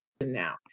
now